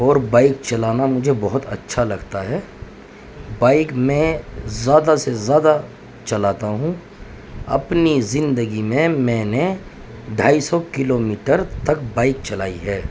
اور بائک چلانا مجھے بہت اچھا لگتا ہے بائک میں زیادہ سے زیادہ چلاتا ہوں اپنی زندگی میں میں نے ڈھائی سو کلو میٹر تک بائک چلائی ہے